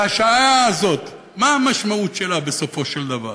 וההשהיה הזאת, מה המשמעות שלה בסופו של דבר?